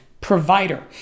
provider